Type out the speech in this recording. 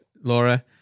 Laura